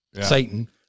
Satan